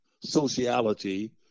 sociality